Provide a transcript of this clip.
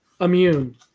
immune